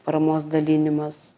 paramos dalinimas